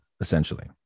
essentially